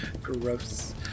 gross